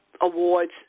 awards